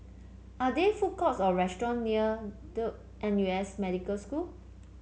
are there food courts or restaurants near Duke N U S Medical School